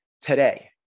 today